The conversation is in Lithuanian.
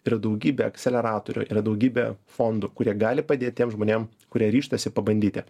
yra daugybė akseleratorių yra daugybė fondų kurie gali padėt tiem žmonėm kurie ryžtasi pabandyti